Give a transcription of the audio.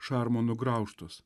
šarmo nugraužtos